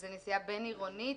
זו נסיעה בינעירונית